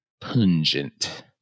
pungent